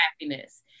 Happiness